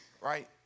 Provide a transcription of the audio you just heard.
right